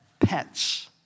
pets